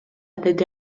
деди